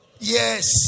Yes